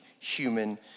human